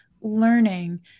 learning